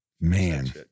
Man